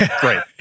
great